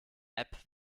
app